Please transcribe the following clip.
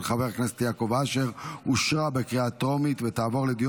של חבר הכנסת יעקב אשר אושרה בקריאה טרומית ותעבור לדיון